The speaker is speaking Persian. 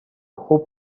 خوب